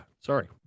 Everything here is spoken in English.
Sorry